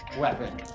weapon